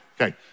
Okay